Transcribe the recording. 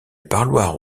parloir